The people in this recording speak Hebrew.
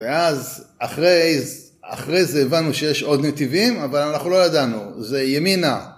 ואז אחרי זה הבנו שיש עוד נתיבים אבל אנחנו לא ידענו זה ימינה